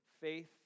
faith